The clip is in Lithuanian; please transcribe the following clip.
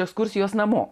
ekskursijos namo